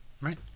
Right